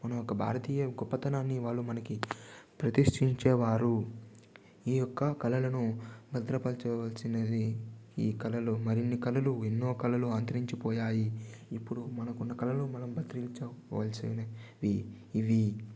మన యొక్క భారతీయ గొప్పతనాన్ని వాళ్ళు మనకి ప్రతిష్టించేవారు ఈ యొక్క కళలను భద్రపరచవలసినది ఈ కళలు మరిన్ని కళలు ఎన్నో కళలు అంతరించిపోయాయి ఇప్పుడు మనకున్న కళలను మనం భద్రించకోవాల్సినవి ఇవి